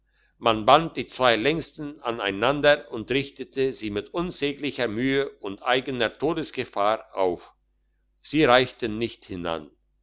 man band die zwei längsten aneinander und richtete sie mit unsäglicher mühe und eigener todesgefahr auf sie reichten nicht hinan